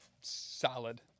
solid